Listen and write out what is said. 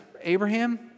Abraham